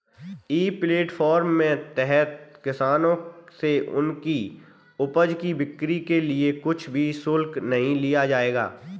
ई platform के तहत किसानों से उनकी उपज की बिक्री के लिए कुछ भी शुल्क नहीं लिया जाएगा